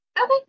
Okay